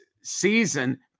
season